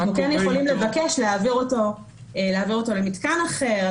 יכולים לבקש להעביר אותו למתקן אחר,